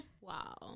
wow